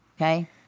Okay